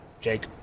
Jake